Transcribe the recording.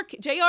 JR